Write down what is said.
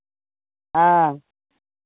हँ